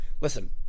Listen